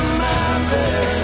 mountain